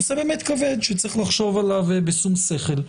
זה נושא מאוד כבד שצריך לחשוב עליו בשום שכל.